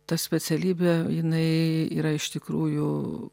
ta specialybė jinai yra iš tikrųjų